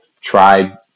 try